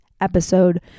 episode